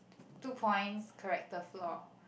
two points character flaw